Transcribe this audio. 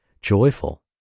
joyful